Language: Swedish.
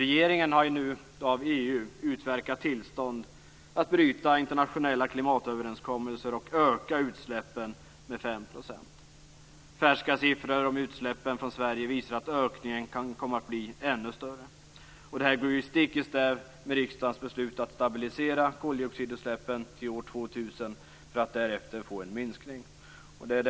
Regeringen har nu av EU utverkat tillstånd att bryta internationella klimatöverenskommelser och därmed öka utsläppen med 5 %. Färska siffror om utsläppen från Sverige visar att ökningen kan komma att bli ännu större. Detta går stick i stäv med riksdagens beslut att stabilisera koldioxidutsläppen till år 2000 för att därefter få en minskning.